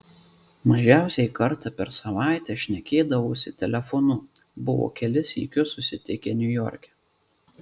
mažiausiai kartą per savaitę šnekėdavosi telefonu buvo kelis sykius susitikę niujorke